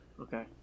Okay